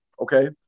okay